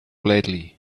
lately